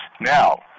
Now